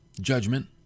Judgment